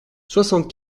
soixante